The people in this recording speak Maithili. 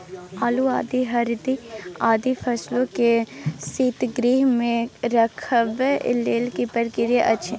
आलू, आदि, हरदी आदि फसल के शीतगृह मे रखबाक लेल की प्रक्रिया अछि?